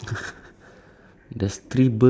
oral examination oh